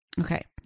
Okay